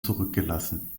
zurückgelassen